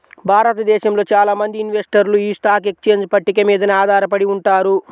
భారతదేశంలో చాలా మంది ఇన్వెస్టర్లు యీ స్టాక్ ఎక్స్చేంజ్ పట్టిక మీదనే ఆధారపడి ఉంటారు